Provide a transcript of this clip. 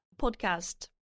podcast